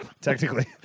technically